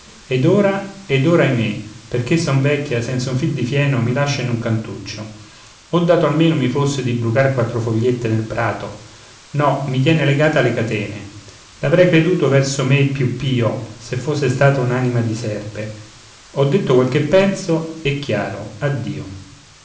ed ora ed ora ahimè perché son vecchia senza un fil di fieno mi lascia in un cantuccio oh dato almeno mi fosse di brucar quattro fogliette nel prato no mi tiene legata alle catene l'avrei creduto verso me più pio se stato fosse un anima di serpe ho detto quel che penso e chiaro addio